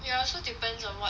it also depends on what